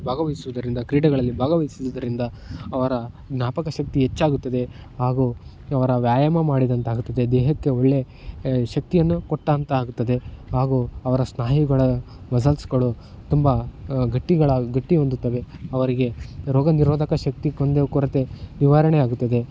ಭಾಗವಹಿಸುವುದರಿಂದ ಕ್ರೀಡೆಗಳಲ್ಲಿ ಭಾಗವಹಿಸುಉದರಿಂದ ಅವರ ಜ್ಞಾಪಕ ಶಕ್ತಿ ಹೆಚ್ಚಾಗುತ್ತದೆ ಹಾಗೂ ಅವರ ವ್ಯಾಯಾಮ ಮಾಡಿದಂತಾಗುತ್ತದೆ ದೇಹಕ್ಕೆ ಒಳ್ಳೆಯ ಶಕ್ತಿಯನ್ನು ಕೊಟ್ಟಂತಾಗುತ್ತದೆ ಹಾಗೂ ಅವರ ಸ್ನಾಯುಗಳ ಮಸಲ್ಸ್ಗಳು ತುಂಬ ಗಟ್ಟಿಗಳಾಗಿ ಗಟ್ಟಿ ಹೊಂದುತ್ತವೆ ಅವರಿಗೆ ರೋಗ ನಿರೋಧಕ ಶಕ್ತಿ ಕುಂದು ಕೊರತೆ ನಿವಾರಣೆ ಆಗುತ್ತದೆ